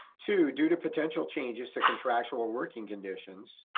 two, due to potential changes to contractual working conditions,